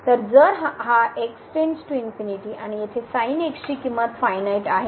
तर जर हा x →∞ आणि येथे ची किंमत फायनाईट आहे